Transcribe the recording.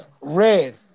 Red